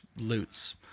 loots